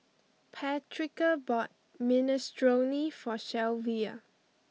Patrica bought Minestrone for Shelvia